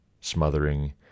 smothering